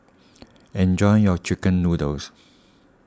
enjoy your Chicken Noodles